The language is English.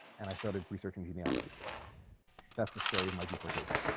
and i started researching genealogy that's the story in my deportation